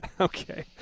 Okay